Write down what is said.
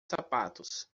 sapatos